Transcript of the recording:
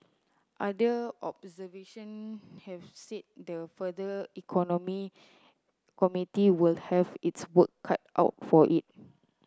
other observation have said the farther economy committee will have its work cut out for it